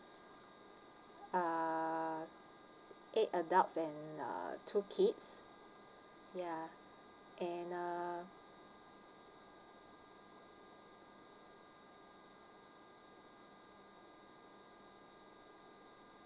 uh eight adults and uh two kids ya and uh